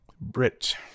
Brit